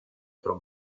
pro